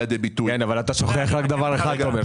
אבל אתה שוכח רק דבר אחד, תומר.